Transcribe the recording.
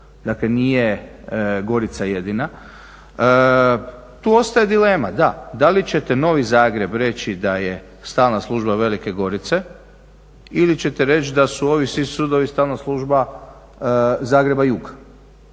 Dakle, nije Gorica jedina. Tu ostaje dilema, da, da li ćete Novi Zagreb reći da je stalna služba Velike Gorice ili ćete reći da su ovi svi sudovi stalna služba Zagreba jug?